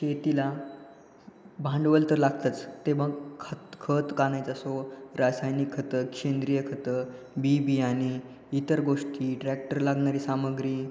शेतीला भांडवल तर लागतंच ते मग खत खत कानायचा असो रासायनिक खतं सेंद्रिय खतं बी बियाणे इतर गोष्टी ट्रॅक्टर लागणारी सामग्री